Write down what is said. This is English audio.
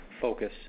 focus